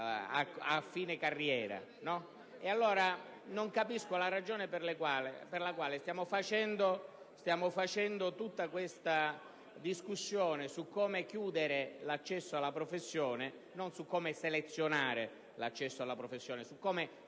a fine carriera, non capisco la ragione per la quale stiamo facendo tutta questa discussione su come chiudere - e non su come selezionare - l'accesso alla professione per poi